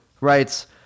writes